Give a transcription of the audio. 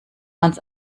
ans